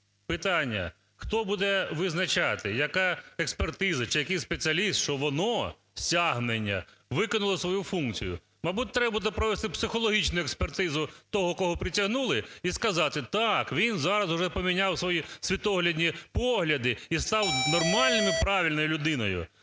Питання: хто буде визначати, яка експертиза чи який спеціаліст, що воно, стягнення виконало свою функцію? Мабуть, треба буде провести психологічну експертизу того, кого притягнули і сказати: так, він зараз уже поміняв свої світоглядні погляди і став нормальною і правильною людиною.